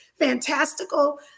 fantastical